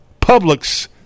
Publix